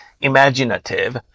imaginative